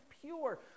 pure